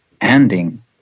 ending